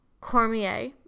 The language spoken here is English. Cormier